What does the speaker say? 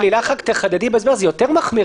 לילך, תחדדי כי זה יותר מחמיר.